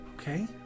Okay